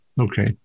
Okay